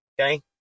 okay